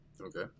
Okay